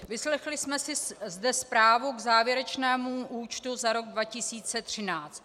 Vyslechli jsme si zde zprávu k závěrečnému účtu za rok 2013.